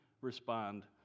respond